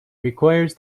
requires